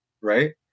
right